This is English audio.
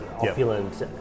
opulent